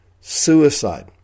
Suicide